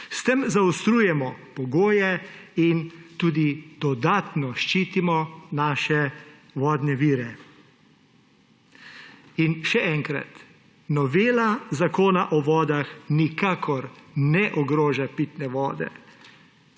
S tem zaostrujemo pogoje in tudi dodatno ščitimo naše vodne vire. Še enkrat, novela Zakona o vodah nikakor ne ogroža pitne vode.